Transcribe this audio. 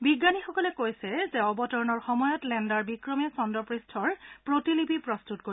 বিজ্ঞানীসকলে কৈছে যে অৱতৰণৰ সময়ত লেণ্ডাৰ বিক্ৰমে চন্দ্ৰপৃষ্ঠৰ প্ৰতিলিপি প্ৰস্তুত কৰিব